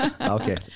Okay